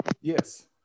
Yes